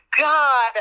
God